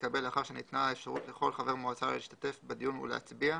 תתקבל לאחר שניתנה האפשרות לכל חבר מועצה להשתתף בדיון ולהצביע.